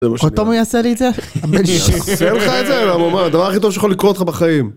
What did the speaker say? עוד פעם הוא יעשה לי את זה? הבן ש... -אני אעשה לך את זה, למה הוא אמר, הדבר הכי טוב שיכול לקרות לך בחיים.